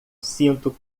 sinto